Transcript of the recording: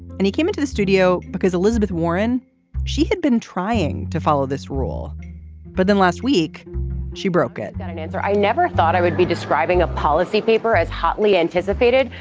and he came into the studio because elizabeth warren she had been trying to follow this rule but then last week she broke it and got an answer i never thought i would be describing a policy paper as hotly anticipated.